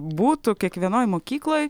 būtų kiekvienoj mokykloj